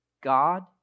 God